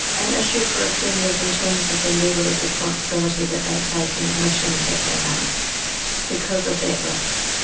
an issue for offenders in terms of the level of responsibility that they take and admissions that they make because of that risk,